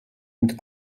mit